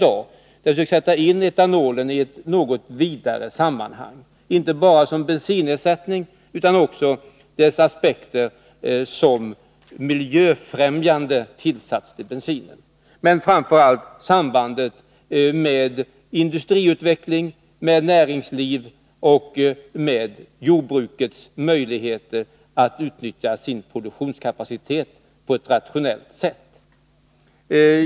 Jag har försökt sätta in etanol i ett något vidare sammanhang, inte bara som bensinersättning, utan också som miljöfrämjande tillsats till bensinen och framför allt sambandet med industriutveckling, med näringslivet och med jordbrukets möjligheter att utnyttja sin produktionskapacitet på ett rationellt sätt.